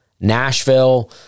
Nashville